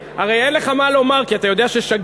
הרי אין לך מה לומר כי אתה יודע ששגית,